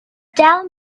down